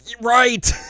Right